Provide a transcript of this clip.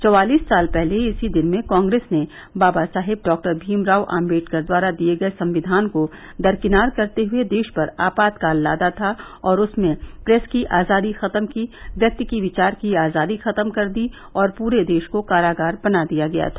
चौवालिस साल पहले इसी दिन में कांग्रेस ने डॉक्टर बाबा साहेब भीमराव आंबेडकर द्वारा दिये गये संविधान को दरकिनार करते हुए देश पर आपातकाल लादा था और उसमें प्रेस की आजादी खत्म की व्यक्ति की विचार की आजादी खत्म कर दी और पूरे देश को कारागार बना दिया था